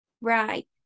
right